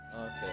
Okay